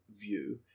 view